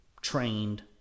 trained